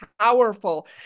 powerful